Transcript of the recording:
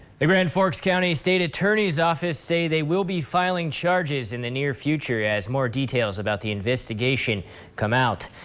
the grand forks county states attorney's office says they will be filing charges in the near future, as more details about the investigation come out.